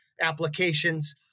applications